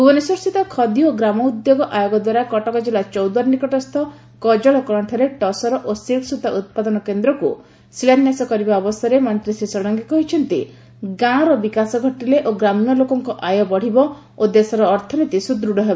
ଭୁବନେଶ୍ୱରସ୍ଥିତ ଖଦି ଓ ଗ୍ରାମ୍ୟ ଉଦ୍ୟୋଗ ଆୟୋଗ ଦ୍ୱାରା କଟକ ଜିଲ୍ଲା ଚୌଦ୍ୱାର ନିକଟସ୍ଥ କଜଳକଶାଠାରେ ଟସର ଓ ସିକ୍କ ସୂତା ଉପାଦନ କେନ୍ରକୁ ଉଦ୍ଘାଟନ କରିବା ଅବସରରେ ମନ୍ତୀ ଶ୍ରୀ ଷଡ଼ଙ୍ଗୀ କହିଛନ୍ତି ଗାଁର ବିକାଶ ଘଟିଲେ ଓ ଗ୍ରାମ୍ୟ ଲୋକଙ୍କ ଆୟ ବଢିବ ଓ ଦେଶର ଅର୍ଥନୀତି ସୁଦୃତ୍ ହେବ